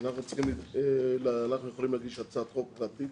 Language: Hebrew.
אנחנו יכולים להגיש הצעת חוק פרטית,